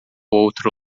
outro